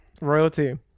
Royalty